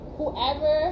Whoever